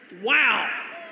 wow